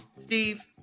Steve